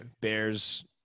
bears